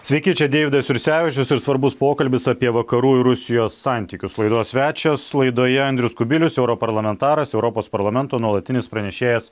sveiki čia deividas jursevičius ir svarbus pokalbis apie vakarų ir rusijos santykius laidos svečias laidoje andrius kubilius europarlamentaras europos parlamento nuolatinis pranešėjas